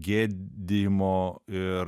gėdijimo ir